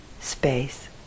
space